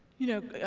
you know, yeah